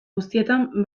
guztietan